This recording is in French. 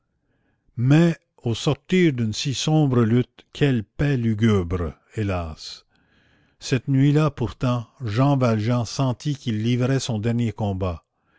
mais au sortir d'une si sombre lutte quelle paix lugubre hélas cette nuit-là pourtant jean valjean sentit qu'il livrait son dernier combat